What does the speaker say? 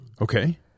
Okay